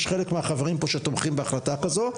יש חלק מהחברים פה שתומכים בהחלטה כזו.